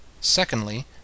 Secondly